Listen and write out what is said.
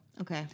okay